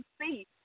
see